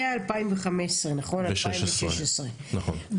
זה 2015, 2016, נכון?